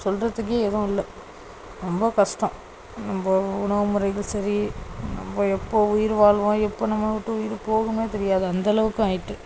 சொல்லுறதுக்கே எதுவும் இல்லை ரொம்ப கஷ்டம் நம்ப உணவு முறைகள் சரி நம்ப எப்போ உயிர் வாழ்வோம் எப்போ நம்மளை விட்டு உயிர் போகும்னே தெரியாது அந்தளவுக்கு ஆயிட்டு